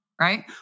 Right